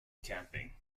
camping